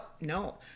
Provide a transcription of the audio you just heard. No